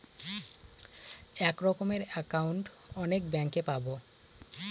এক রকমের একাউন্ট অনেক ব্যাঙ্কে পাবো